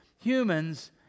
Humans